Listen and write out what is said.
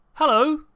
Hello